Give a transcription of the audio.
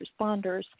responders